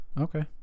Okay